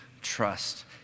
trust